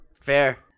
Fair